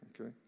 okay